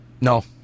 No